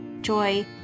joy